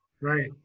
Right